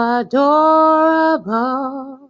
adorable